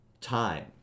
time